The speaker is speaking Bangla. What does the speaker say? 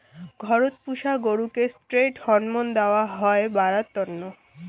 ঘরত পুষা গরুকে ষ্টিরৈড হরমোন দেয়া হই বাড়ার তন্ন